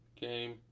Game